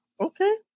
Okay